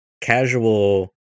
casual